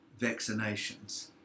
vaccinations